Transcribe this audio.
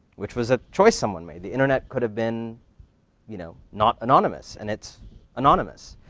which was a choice someone made. the internet could have been you know not anonymous. and it's anonymous.